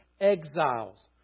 exiles